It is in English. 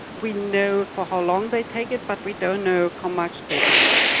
we know for how long they take it but we don't know how much they take.